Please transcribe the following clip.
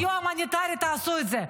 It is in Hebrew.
-- וסיוע הומניטרי, תעשו את זה.